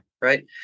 Right